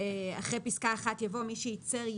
(ב)אחרי פסקה (1) יבוא: "(1א)מי שייצר,